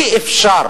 אי-אפשר